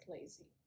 lazy